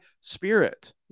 spirit